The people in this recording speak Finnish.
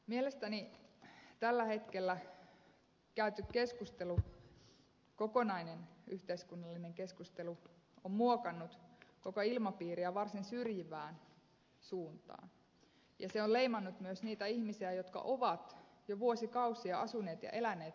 mielestäni tällä hetkellä käyty keskustelu kokonainen yhteiskunnallinen keskustelu on muokannut koko ilmapiiriä varsin syrjivään suuntaan ja se on leimannut myös niitä ihmisiä jotka ovat jo vuosikausia asuneet ja eläneet suomessa